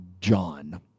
John